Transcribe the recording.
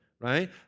right